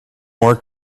more